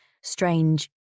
strange